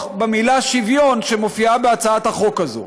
במילה "שוויון" שמופיעה בהצעת החוק הזאת.